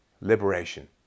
Liberation